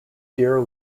deer